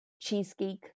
cheesecake